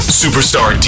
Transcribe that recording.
superstar